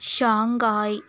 Shanghai